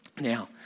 now